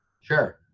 Sure